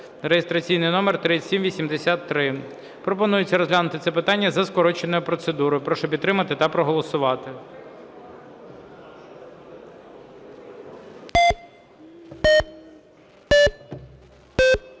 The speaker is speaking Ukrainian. (реєстраційний номер 3783). Пропонується розглянути це питання за скороченою процедурою. Прошу підтримати та проголосувати.